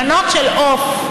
מנות של עוף,